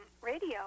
radio